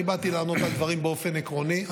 אני באתי לענות על דברים באופן עקרוני.